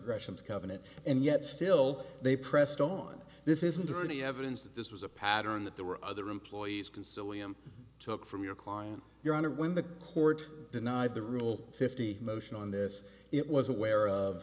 gresham's covenant and yet still they pressed on this isn't there any evidence that this was a pattern that there were other employees console him took from your client your honor when the court denied the rule fifty motion on this it was aware of